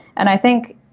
and i think.